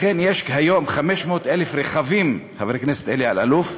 לכן יש כיום 500,000 רכבים, חבר הכנסת אלי אלאלוף,